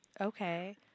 Okay